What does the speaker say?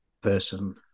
person